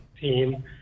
team